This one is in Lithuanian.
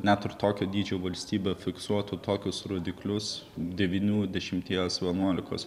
net ir tokio dydžio valstybė fiksuotų tokius rodiklius devynių dešimties vienuolikos